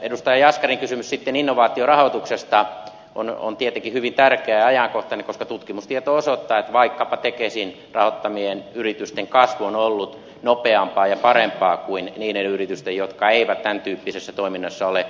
edustaja jaskarin kysymys sitten innovaatiorahoituksesta on tietenkin hyvin tärkeä ja ajankohtainen koska tutkimustieto osoittaa että vaikkapa tekesin rahoittamien yritysten kasvu on ollut nopeampaa ja parempaa kuin niiden yritysten jotka eivät tämäntyyppisessä toiminnassa ole mukana